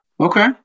Okay